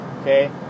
Okay